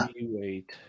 wait